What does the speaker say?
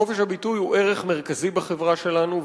חופש הביטוי הוא ערך מרכזי בחברה שלנו,